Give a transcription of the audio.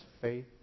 faith